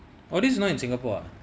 oh this is not in singapore ah